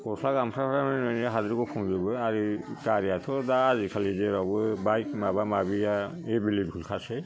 गस्ला गामसाफ्रानो हाद्रि गुफुंजोबो आरो गारियाथ' दा आजिखालि जेरावबो बाइक माबा माबिया एभेल लेबेल खासै